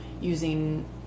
using